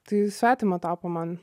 tai svetima tapo man